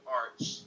arts